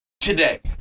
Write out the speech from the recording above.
Today